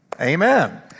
Amen